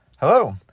Hello